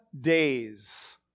days